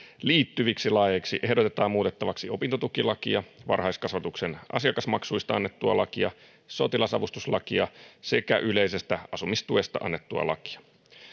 liittyviksi laeiksi ehdotetaan muutettavaksi opintotukilakia varhaiskasvatuksen asiakasmaksuista annettua lakia sotilasavustuslakia sekä yleisestä asumistuesta annettua lakia